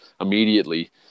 immediately